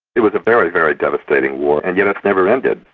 it was a very, very devastating war, and yet it's never ended.